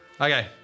Okay